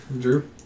Drew